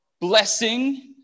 blessing